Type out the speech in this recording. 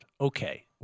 Okay